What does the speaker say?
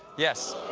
yes.